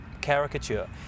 caricature